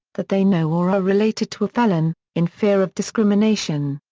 that they know or are related to a felon, in fear of discrimination.